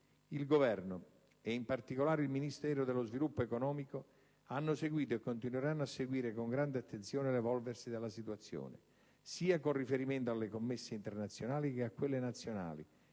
Il Governo e, in particolare, il Ministero dello sviluppo economico hanno seguito e continueranno a seguire con grande attenzione l'evolversi della situazione, con riferimento sia alle commesse internazionali, che a quelle nazionali,